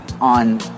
on